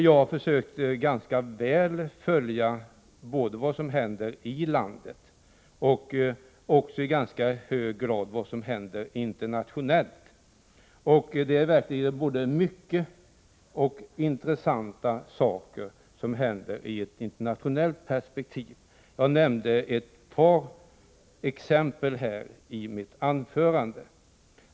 Jag försöker att ganska väl följa både vad som händer i vårt land och också i tämligen hög grad vad som händer internationellt. Och det är verkligen många intressanta saker som händer i ett internationellt perspektiv. Jag nämnde ett par exempel på detta i mitt huvudanförande.